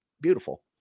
beautiful